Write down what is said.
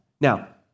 Now